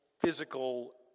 Physical